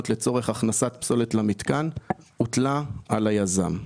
לצורך הכנסת פסולת למתקן הוטלה על היזם.